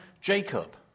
Jacob